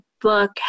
book